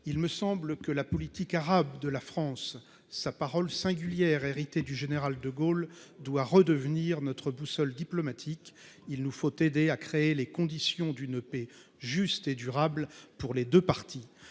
Il me semble que la politique arabe de la France, sa parole singulière, héritée du général de Gaulle, doit redevenir notre boussole diplomatique. Il nous faut contribuer à créer les conditions d’une paix juste et durable pour les deux parties.